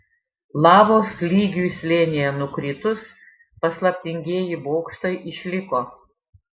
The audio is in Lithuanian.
lavos lygiui slėnyje nukritus paslaptingieji bokštai išliko